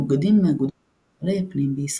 מאוגדים באגודת אדריכלי הפנים בישראל.